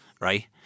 right